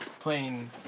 playing